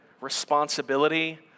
responsibility